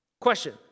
Question